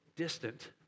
distant